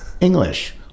english